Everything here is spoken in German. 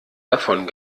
davon